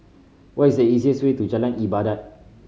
what is the easiest way to Jalan Ibadat